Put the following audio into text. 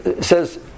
says